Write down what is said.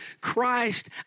Christ